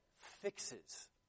fixes